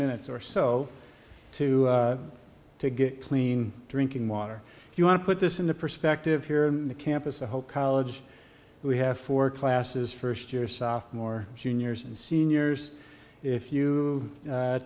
minutes or so to to get clean drinking water if you want to put this into perspective here in the campus the whole college we have four classes first year sophomore juniors and seniors if you